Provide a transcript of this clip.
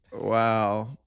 Wow